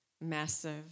massive